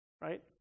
right